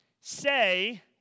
say